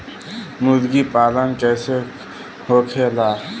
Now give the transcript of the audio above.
मुर्गी पालन कैसे होखेला?